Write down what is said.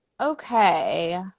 okay